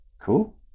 Cool